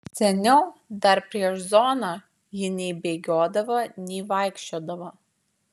seniau dar prieš zoną ji nei bėgiodavo nei vaikščiodavo